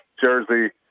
jersey